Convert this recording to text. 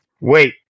Wait